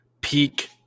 peak